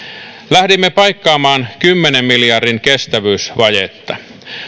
lähdimme paikkaamaan kymmenen miljardin kestävyysvajetta